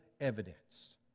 evidence